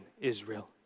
Israel